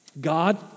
God